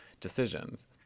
decisions